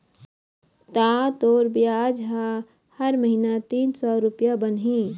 ता तोर बियाज ह हर महिना तीन सौ रुपया बनही